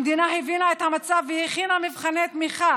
המדינה הבינה את המצב והכינה מבחני תמיכה